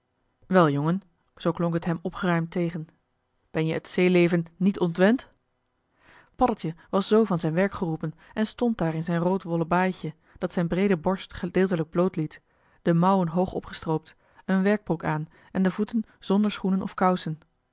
wel jongen zoo klonk het hem opgeruimd tegen ben je het zeeleven niet ontwend paddeltje was z van zijn werk geroepen en stond daar in zijn roodwollen baaitje dat zijn breede borst gedeeltelijk bloot liet de mouwen hoog opgestroopt een joh h been paddeltje de scheepsjongen van michiel de ruijter werkbroek aan en de voeten zonder schoenen of kousen